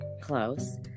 Close